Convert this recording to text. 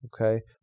Okay